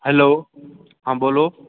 hello હા બોલો